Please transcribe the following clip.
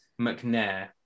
McNair